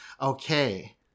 Okay